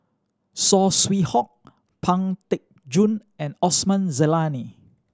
Saw Swee Hock Pang Teck Joon and Osman Zailani